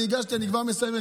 אני כבר מסיים.